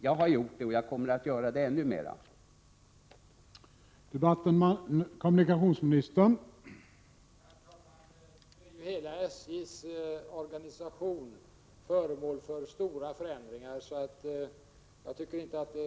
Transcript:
Jag har gjort det och jag kommer att göra det ännu fler 93 gånger.